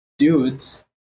Dudes